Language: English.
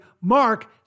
Mark